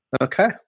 Okay